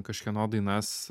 kažkieno dainas